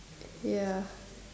ya